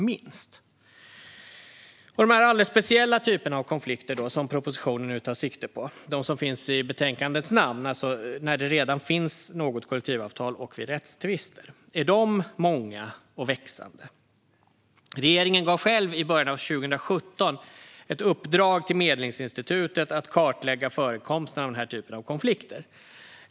Hur är det då med de alldeles speciella typer av konflikter som propositionen nu tar sikte på och som finns i betänkandets namn, det vill säga konflikter när det redan finns något kollektivavtal och vid rättstvister - är de många och växande? Regeringen gav i början av 2017 ett uppdrag till Medlingsinstitutet att kartlägga förekomsten av den här typen av konflikter.